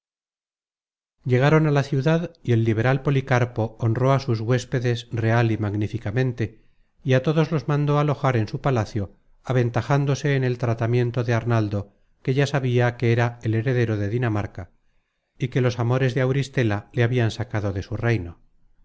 llegaron a la ciudad y el liberal policarpo honró á sus huéspedes real y magníficamente y á todos los mandó alojar en su palacio aventajándose en el tratamiento de arnaldo que ya sabia que era el heredero de dinamarca y que los amores de auristela le habian sacado de su reino